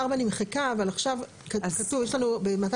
בניגוד להוראות סעיף 41(א2)(2);"; (15ב) יצרן